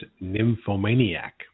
*Nymphomaniac*